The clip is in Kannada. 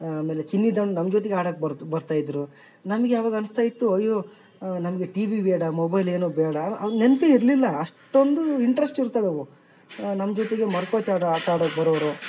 ಆಮೇಲೆ ಚಿಲ್ಲಿದಂಡ್ ನಮ್ಮ ಜೊತೆಗೆ ಆಡಕ್ಕೆ ಬರ್ತಾ ಬರ್ತಾ ಇದ್ದರು ನಮಗೆ ಅವಾಗ ಅನ್ಸ್ತಾ ಇತ್ತು ಅಯ್ಯೋ ನಮಗೆ ಟಿವಿ ಬೇಡ ಮೊಬೈಲ್ ಏನು ಬೇಡ ನೆನಪೇ ಇರಲಿಲ್ಲ ಅಷ್ಟೊಂದು ಇಂಟ್ರೆಸ್ಟ್ ಇರ್ತವವು ನಮ್ಮ ಜೊತೆಗೆ ಮರ್ಕೋತಿ ಆಟ ಆಟಾಡೋಕೆ ಬರೋರು